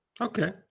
Okay